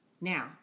Now